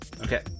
Okay